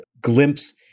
glimpse